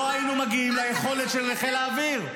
לא היינו מגיעים ליכולת של חיל האוויר.